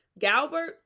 Galbert